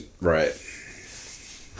right